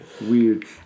Weird